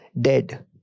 dead